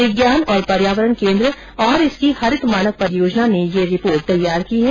विज्ञान और पर्यावरण केंद्र और इसकी हरित मानक परियोजना ने ये रिपोर्ट तैयार की है